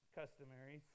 customary